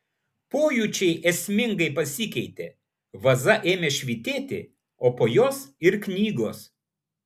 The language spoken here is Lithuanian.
pojūčiai esmingai pasikeitė vaza ėmė švytėti o po jos ir knygos